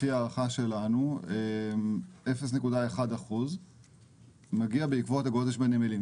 לפי הערכה שלנו, 0.1% מגיע בעקבות הגודש בנמלים.